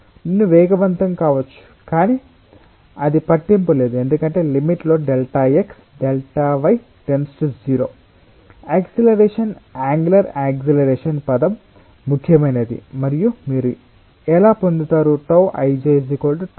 నేను వేగవంతం కావచ్చు కానీ అది పట్టింపు లేదు ఎందుకంటే లిమిట్ లో ΔxΔy → 0 యాక్సిలరేషన్ అంగుళర్ యాక్సిలరేషన్ పదం ముఖ్యమైనది మరియు మీరు ఎలా పొందుతారు τ ij τ ji